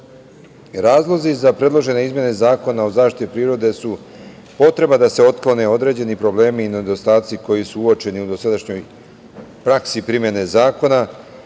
imali. Razlozi za predložene izmene Zakona o zaštiti prirode su potreba da se otklone određeni problemi i nedostaci koji su uočeni u dosadašnjoj praksi primene zakona,